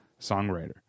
songwriter